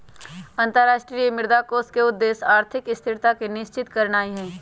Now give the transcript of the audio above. अंतरराष्ट्रीय मुद्रा कोष के उद्देश्य आर्थिक स्थिरता के सुनिश्चित करनाइ हइ